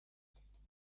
ibaruramari